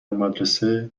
مدرسه